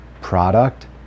product